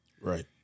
Right